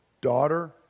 Daughter